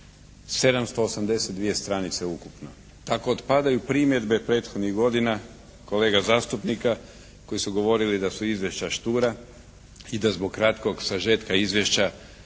782 stranice ukupno. Tako otpadaju primjedbe prethodnih godina kolega zastupnika koji su govorili da su izvješća štura i da zbog kratkog sažetka izvješća